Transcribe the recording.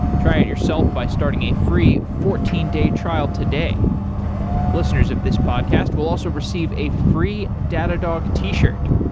try it yourself by starting a free fourteen day trial today listeners of this podcast will also receive a free datadog t-shirt.